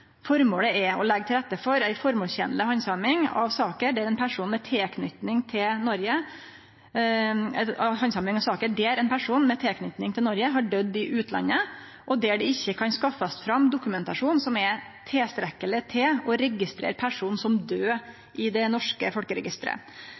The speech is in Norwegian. Formålet er å legge til rette for ei formålstenleg behandling av saker der ein person med tilknyting til Noreg har døydd i utlandet, og der det ikkje kan skaffast fram dokumentasjon som er tilstrekkeleg til å registrere personen som